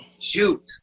shoot